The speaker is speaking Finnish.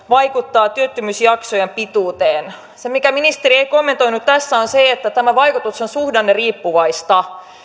vaikuttaa työttömyysjaksojen pituuteen se mihin ministeri ei kommentoinut tässä on se että tämän vaikutus on suhdanneriippuvaista